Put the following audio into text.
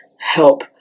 help